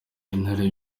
intare